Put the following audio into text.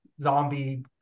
zombie